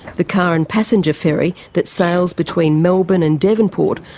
the car and passenger ferry that sails between melbourne and devonport,